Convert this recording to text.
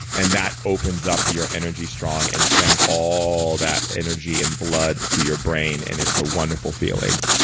and that opens up your energy strong and sends all that energy and blood to your brain. and it's a wonderful feeling